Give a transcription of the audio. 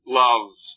loves